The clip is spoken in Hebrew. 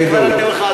אני עונה לך,